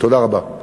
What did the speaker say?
תודה רבה.